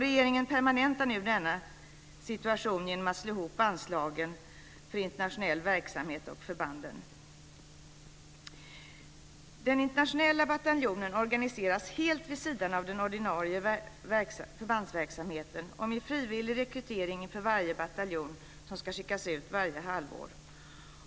Regeringen permanentar nu denna situation genom att slå ihop anslagen till internationell verksamhet och förbanden. Den internationella bataljonen organiseras helt vid sidan av den ordinarie förbandsverksamheten och med frivillig rekrytering inför varje bataljon som ska skickas ut varje halvår.